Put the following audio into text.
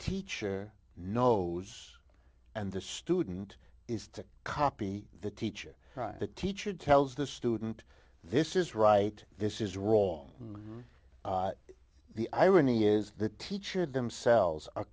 teacher knows and the student is to copy the teacher the teacher tells the student this is right this is wrong the irony is the teacher themselves